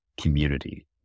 community